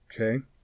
Okay